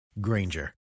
Granger